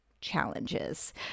challenges